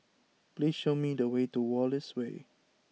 please show me the way to Wallace Way